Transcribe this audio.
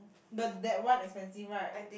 the that one expensive right